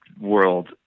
world